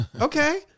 okay